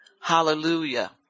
Hallelujah